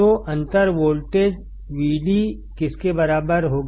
तो अंतर वोल्टेज Vdकिसके बराबर होगा